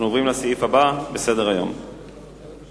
הסעיף הבא הוא הצעות